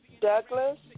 Douglas